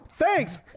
Thanks